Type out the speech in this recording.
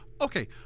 okay